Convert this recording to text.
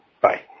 Bye